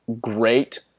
great